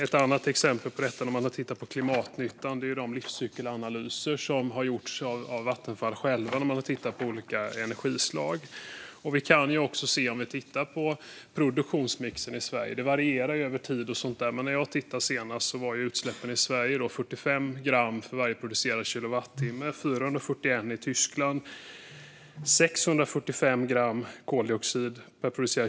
Ett annat exempel där man har tittat på klimatnyttan är de livscykelanalyser som har gjorts av Vattenfall själva och där man har tittat på olika energislag. Vi kan titta på produktionsmixen i Sverige. Det varierar över tid, men när jag tittade senast var utsläppen i Sverige 45 gram koldioxid för varje producerad kilowattimme, 441 gram i Tyskland och 645 gram i Polen.